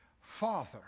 Father